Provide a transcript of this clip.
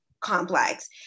complex